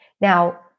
Now